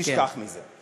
תשכח מזה.